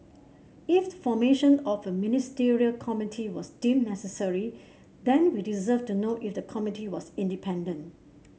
if the formation of a Ministerial Committee was deemed necessary then we deserve to know if the committee was independent